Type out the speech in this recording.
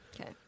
Okay